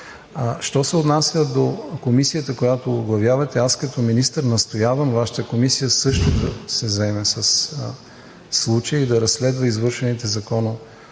Що се отнася до Комисията, която оглавявате, аз като министър настоявам Вашата комисия също да се заеме със случая и да разследва извършваните